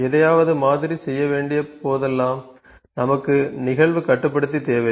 எதையாவது மாதிரி செய்ய வேண்டிய போதெல்லாம் நமக்கு நிகழ்வு கட்டுப்படுத்தி தேவை